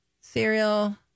Cereal